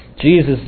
Jesus